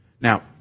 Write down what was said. Now